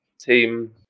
team